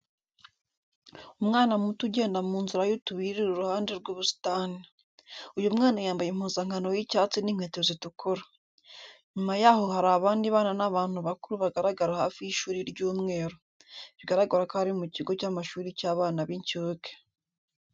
Umwana muto ugenda mu nzira y'utubuye iri ruhande rw'ubusitani. Uyu mwana yambaye impuzankano y'icyatsi n'inkweto zitukura. Nyuma y'aho hari abandi bana n'abantu bakuru bagaragara hafi y'ishuri ry'umweru. Bigaragara ko ari mu kigo cy'amashuri cy'abana b'inshuke.